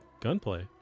gunplay